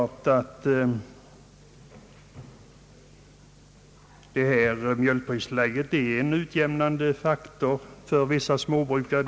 Man kommer inte ifrån att mjölkpristillägget är en utjämnande faktor för vissa småbrukare.